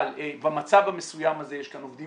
אבל במצב המסוים הזה יש כאן עובדים